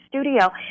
studio